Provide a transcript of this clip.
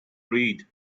read